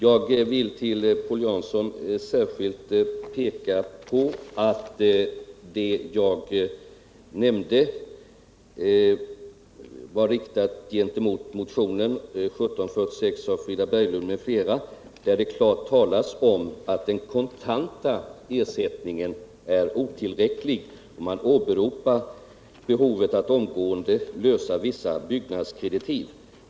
För Paul Jansson vill jag särskilt peka på att mitt yttrande var riktat gentemot motionen 1746 av Frida Berglund m.fl. Där talas det klart om att den kontanta ersättningen är otillräcklig, och man åberopar behovet av att omgående lösa vissa byggnadskreditiv.